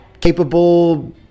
capable